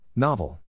Novel